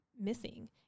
missing